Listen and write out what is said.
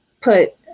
put